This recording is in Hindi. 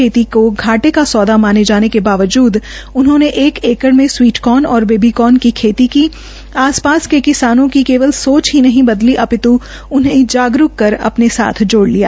खेती को घाटे का सौदा माने जाने के वाबजूद उन्होंने एक एकड़ में स्वीट कोर्न व बेबी कोर्न की खेती कर आस पास के किसानों की केवल सोच नहीं बदली अपित् उन्हें जागरूक कर अपने साथ जोड़ लिया